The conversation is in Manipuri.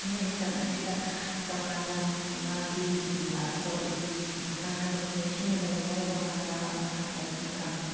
ꯂꯥꯏꯌꯦꯡꯁꯪ ꯑꯁꯤꯗ ꯇꯣꯉꯥꯟꯅ ꯃꯥꯒꯤ ꯀꯣꯚꯤꯠꯅ ꯅꯥꯔꯕ ꯃꯤꯑꯣꯏꯁꯤꯡꯅ ꯂꯩꯅꯅꯕ ꯇꯣꯉꯥꯟꯅ ꯑꯅꯥ ꯂꯥꯏꯌꯦꯡꯁꯪ ꯊꯝꯃꯤ